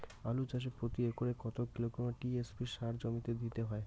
আলু চাষে প্রতি একরে কত কিলোগ্রাম টি.এস.পি সার জমিতে দিতে হয়?